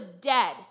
dead